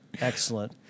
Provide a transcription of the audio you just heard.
Excellent